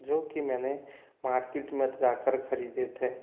जोकि मैंने मार्किट में जाकर खरीदे थे